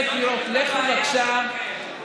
אתה כן מרחיק אנשים מהשבת.